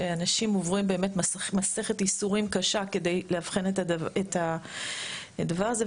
אנשים עוברים באמת מסכת ייסורים קשה כדי לאבחן את הדבר הזה.